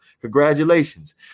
Congratulations